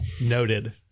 Noted